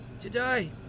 today